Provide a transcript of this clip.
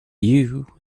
you